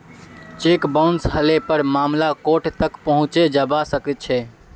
cheque bounce हले पर मामला कोर्ट तक पहुंचे जबा सकछे